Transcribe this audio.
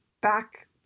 back